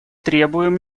требуем